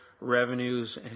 revenues